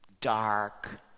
dark